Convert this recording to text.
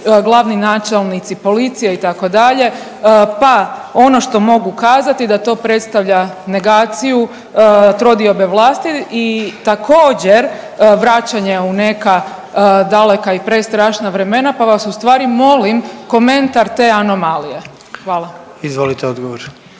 načelnici policije itd., pa ono što mogu kazati da to predstavlja negaciju trodiobe vlasti i također vraćanja u neka daleka i prestrašna vremena pa vas ustvari molim komentar te anomalije. Hvala. **Jandroković,